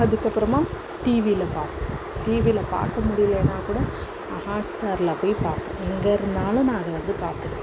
அதுக்கப்பறமாக டிவியில பாப்பன் டிவியில பார்க்க முடியிலைனா கூட நான் ஹாட்ஸ்டாரில் போய் பாப்பன் எங்கேருந்தாலும் நான் அதை வந்து பார்த்துடுவேன்